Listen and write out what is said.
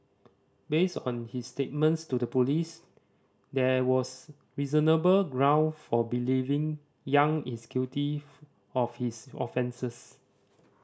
based on his statements to the police there was reasonable ground for believing Yang is guilty of his offences